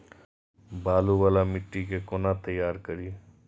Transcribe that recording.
बालू वाला मिट्टी के कोना तैयार करी?